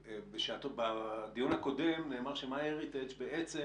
בשעתו, בדיון הקודם נאמר ש-MyHeritage בעצם